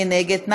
מי נגד?